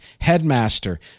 Headmaster